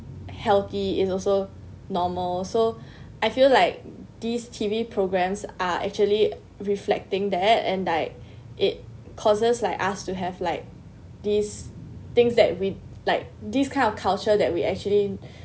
healthy is also normal so I feel like these T_V programs are actually reflecting that and like it causes like us to have like these things that we like this kind of culture that we actually